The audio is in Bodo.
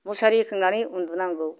मुसारि सोंनानै उन्दुनांगौ